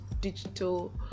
digital